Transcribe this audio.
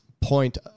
point